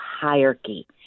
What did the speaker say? hierarchy